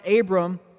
Abram